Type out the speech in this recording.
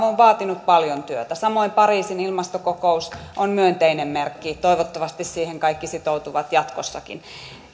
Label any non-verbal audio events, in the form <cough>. <unintelligible> on vaatinut paljon työtä samoin pariisin ilmastokokous on myönteinen merkki toivottavasti siihen kaikki sitoutuvat jatkossakin